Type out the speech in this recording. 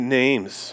names